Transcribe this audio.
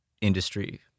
industry